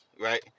right